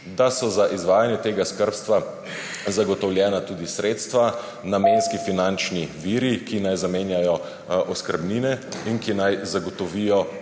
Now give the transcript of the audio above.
da so za izvajanje tega skrbstva zagotovljena tudi sredstva, namenski finančni viri, ki naj zamenjajo oskrbnine in ki naj zagotovijo